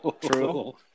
True